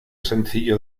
sencillo